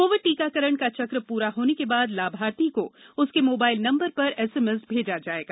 Covid टीकाकरण का चक पूरा होने के बाद लाभार्थी को उसके मोबाइल नंबर पर एसएमएस भेजा जाएगा